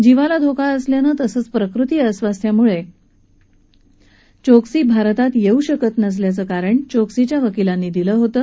जिवाला धोका असल्यानं तसंच प्रकृती अस्वास्थ्यामुळे चोक्सी भारतात येऊ शकत नसल्याचं कारण चोक्सीच्या वकीलांनी दिलं होतं